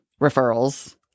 referrals